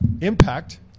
Impact